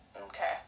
Okay